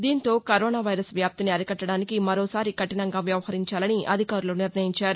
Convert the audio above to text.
దీంతో corona virus వ్యాప్తిని అరికట్టడానికి మరోసారి కఠినంగా వ్యవహరించాలని అధికారులు నిర్ణయించారు